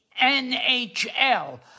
NHL